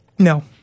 No